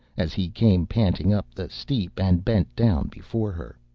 as he came panting up the steep, and bent down before her.